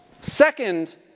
Second